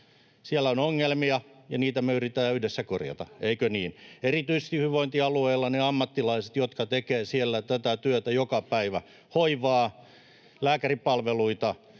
Siellä on ongelmia, ja niitä me yritetään yhdessä korjata, eikö niin? Erityisesti hyvinvointialueilla ne ammattilaiset, jotka tekevät siellä tätä työtä joka päivä — hoivaa, lääkäripalveluita,